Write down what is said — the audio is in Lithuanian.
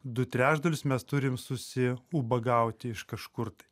du trečdalius mes turim susiubagauti iš kažkur tai